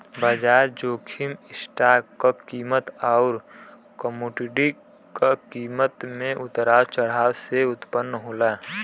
बाजार जोखिम स्टॉक क कीमत आउर कमोडिटी क कीमत में उतार चढ़ाव से उत्पन्न होला